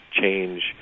change